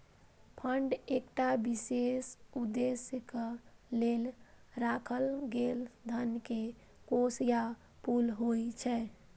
fund एकटा विशेष उद्देश्यक लेल राखल गेल धन के कोष या पुल होइ छै